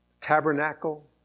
Tabernacle